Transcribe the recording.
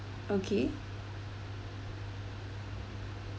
okay